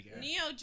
Neo